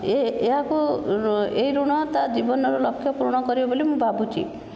ଏହାକୁ ଏହି ଋଣ ତା ଜୀବନର ଲକ୍ଷ ପୁରଣ କରିବ ବୋଲି ମୁଁ ଭାବୁଛି